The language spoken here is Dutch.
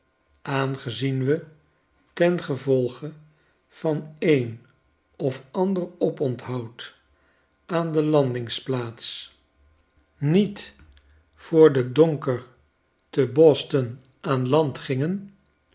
aangezien we ten gevolge van een of ander oponthoud aan de landingsplaats niet voor schetsen uit amerika den donker te boston aan land gingen